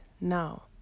now